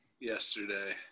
yesterday